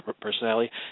personality